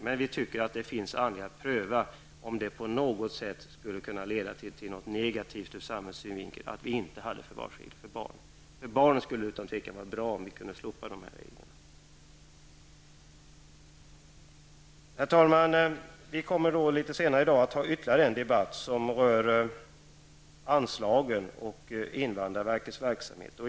Men vi tycker att det finns anledning att pröva om det på något sätt skulle leda till något negativt ur samhällets synvinkel att det inte finns förvarsregler för barnen. Det skulle utan tvivel vara bra för barnen om reglerna kunde slopas. Herr talman! Vi kommer litet senare i dag att ha ytterligare en debatt som rör anslagen och invandrarverkets verksamhet.